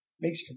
makes